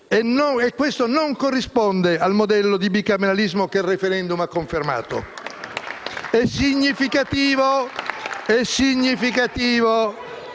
e questo non corrisponde al modello di bicameralismo che il *referendum* ha confermato. *(Applausi